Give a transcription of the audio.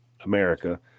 America